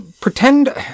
pretend